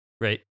Right